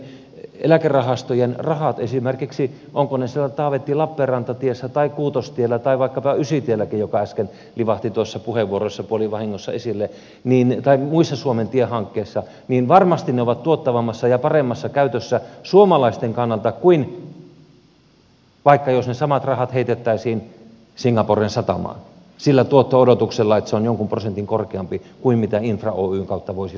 mielestäni esimerkiksi eläkerahastojen rahat ovatko ne siellä taavettilappeenranta tiessä tai kuutostiessä tai vaikkapa ysitiessäkin joka äsken tuossa livahti puheenvuoroissa puolivahingossa esille tai muissa suomen tiehankkeissa varmasti ne ovat tuottavammassa ja paremmassa käytössä suomalaisten kannalta kuin jos ne samat rahat heitettäisiin vaikka singaporen satamaan sillä tuotto odotuksella että se on jonkin prosentin korkeampi kuin mitä infra oyn kautta voisi saada